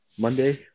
Monday